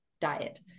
diet